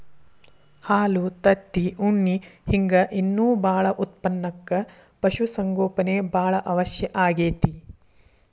ಹಾಲು ತತ್ತಿ ಉಣ್ಣಿ ಹಿಂಗ್ ಇನ್ನೂ ಬಾಳ ಉತ್ಪನಕ್ಕ ಪಶು ಸಂಗೋಪನೆ ಬಾಳ ಅವಶ್ಯ ಆಗೇತಿ